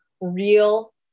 real